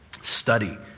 study